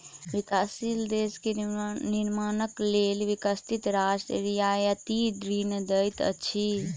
विकासशील देश के निर्माणक लेल विकसित राष्ट्र रियायती ऋण दैत अछि